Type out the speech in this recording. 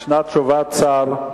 יש תשובת שר,